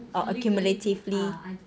or accumulatively